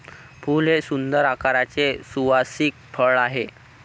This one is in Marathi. फूल हे सुंदर आकाराचे सुवासिक फळ आहे